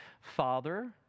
Father